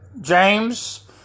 James